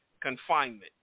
confinement